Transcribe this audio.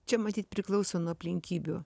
čia matyt priklauso nuo aplinkybių